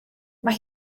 mae